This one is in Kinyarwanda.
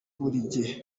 bubiligi